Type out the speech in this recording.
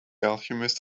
alchemist